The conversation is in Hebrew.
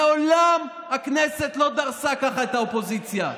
מעולם הכנסת לא דרסה ככה את האופוזיציה.